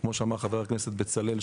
כמו שאמר חבר הכנסת בצלאל,